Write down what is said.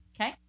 Okay